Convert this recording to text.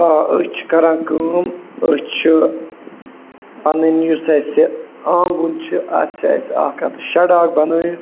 آ أسۍ چھِ کَران کٲم أسۍ چھِ پَنٕنۍ یُس اَسہِ آنٛگُن چھُ اَتھ چھِ اَسہِ اَکھ اَتھ شڈا اَکھ بَنٲیِتھ